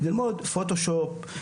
ללמוד פוטושופ,